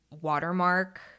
watermark